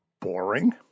boring